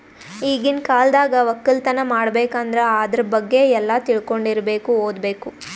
ಈಗಿನ್ ಕಾಲ್ದಾಗ ವಕ್ಕಲತನ್ ಮಾಡ್ಬೇಕ್ ಅಂದ್ರ ಆದ್ರ ಬಗ್ಗೆ ಎಲ್ಲಾ ತಿಳ್ಕೊಂಡಿರಬೇಕು ಓದ್ಬೇಕು